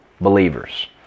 believers